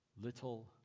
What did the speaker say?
little